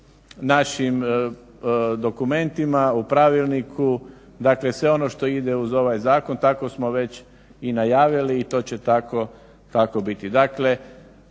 našim dokumentima u pravilniku. Dakle, sve ono što ide uz ovaj zakon tako smo već i najavili i to će tako biti.